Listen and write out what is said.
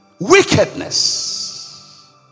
Wickedness